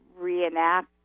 reenact